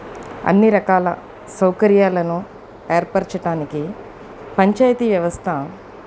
అన్నీ రకాల సౌకర్యాలను ఏర్పరచటానికి పంచాయతీ వ్యవస్థ